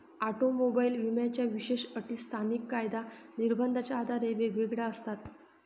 automobile विम्याच्या विशेष अटी स्थानिक कायदा निर्बंधाच्या आधारे वेगवेगळ्या असतात